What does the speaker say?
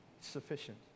Sufficient